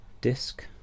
disc